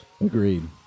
Agreed